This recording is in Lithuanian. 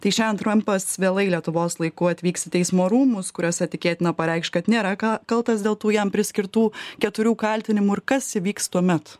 tai šendien trampas vėlai lietuvos laiku atvyks į teismo rūmus kuriuose tikėtina pareikš kad nėra ką kaltas dėl tų jam priskirtų keturių kaltinimų ir kas įvyks tuomet